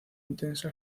intensa